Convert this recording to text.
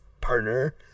partner